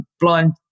blind